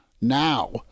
now